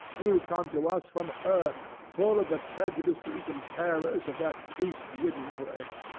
you come to us from earth, full of the prejudices and terrors of that priest-ridden place.